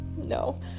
No